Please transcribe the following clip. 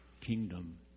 kingdom